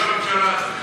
ראש הממשלה,